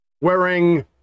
wearing